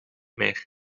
meer